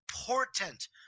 important